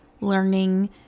learning